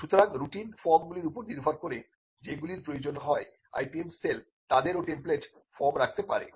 সুতরাং রুটিন ফর্মগুলির উপর নির্ভর করে যে গুলির প্রয়োজন হয় IPM সেল তাদেরও টেমপ্লেট ফর্ম রাখতে পারে